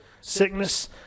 sickness